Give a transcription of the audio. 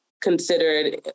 considered